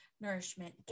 nourishment